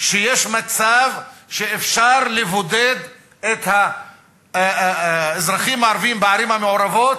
שיש מצב שאפשר לבודד את האזרחים הערבים בערים המעורבות